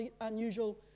unusual